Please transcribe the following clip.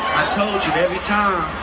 i told you every time